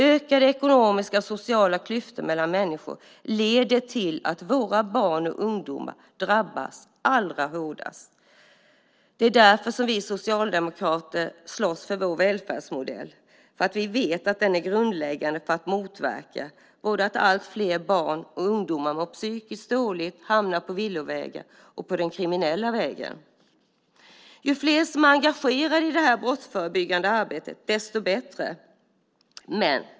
Ökade ekonomiska och sociala klyftor mellan människor leder till att våra barn och ungdomar drabbas allra hårdast. Det är därför som vi socialdemokrater slåss för vår välfärdsmodell. Vi vet att den är grundläggande för att motverka att allt fler barn och ungdomar mår psykiskt dåligt, hamnar på villovägar och på den kriminella vägen. Ju fler som är engagerade i det brottsförebyggande arbetet, desto bättre.